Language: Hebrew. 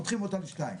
פותחים אותה לשתיים.